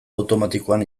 automatikoan